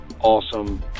awesome